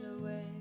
away